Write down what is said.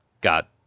got